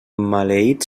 maleït